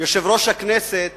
הכנסת